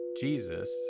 Jesus